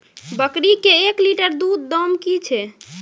बकरी के एक लिटर दूध दाम कि छ?